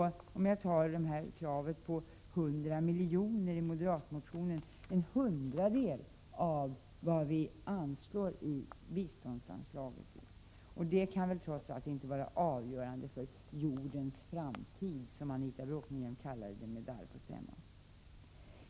Moderatreservationens krav på 100 miljoner innebär en hundradedel av vad vi anslår till u-landsbistånd. Det kan väl inte vara avgörande för jordens framtid, som Anita Bråkenhielm kallade det med darr på stämman.